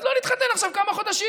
אז לא נתחתן עכשיו כמה חודשים,